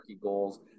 goals